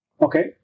Okay